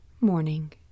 morning